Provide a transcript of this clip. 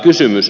kysymys